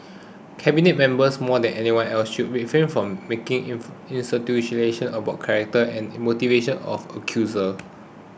cabinet members more than anyone else should refrain from making insinuation about the character and motivation of the accuser